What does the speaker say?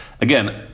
again